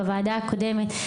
בישיבה הקודמת,